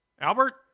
Albert